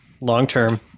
long-term